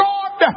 God